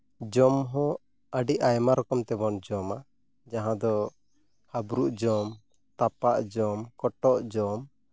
ᱡᱚᱢ ᱦᱚᱸ ᱟᱹᱰᱤ ᱟᱭᱢᱟ ᱨᱚᱠᱚᱢ ᱛᱮᱵᱚᱱ ᱡᱚᱢᱟ ᱡᱟᱦᱟᱸ ᱫᱚ ᱦᱟᱵᱽᱨᱩᱜ ᱡᱚᱢ ᱛᱟᱯᱟᱜ ᱡᱚᱢ ᱠᱚᱴᱚᱜ ᱡᱚᱢ